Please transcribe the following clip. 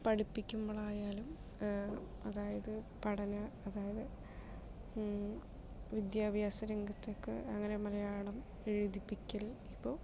പഠിപ്പിക്കുമ്പോൾ ആയാലും അതായത് പഠന അതായത് വിദ്യാഭ്യാസ രംഗത്ത് ഒക്കെ അങ്ങനെ മലയാളം എഴുതിപ്പിക്കൽ ഇപ്പോൾ